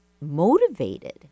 motivated